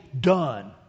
done